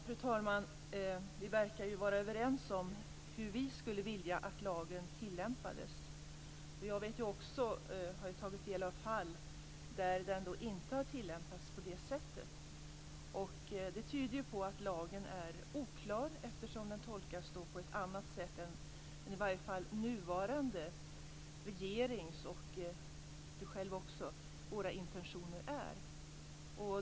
Fru talman! Vi verkar vara överens om hur vi skulle vilja att lagen tillämpades. Jag har tagit del av fall där den inte har tillämpats på det sättet. Det tyder på att lagen är oklar eftersom den tolkas på ett annat sätt vad i varje fall nuvarande regeringens och bådas våra intentioner är.